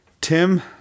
Tim